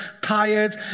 tired